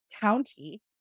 county